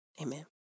amen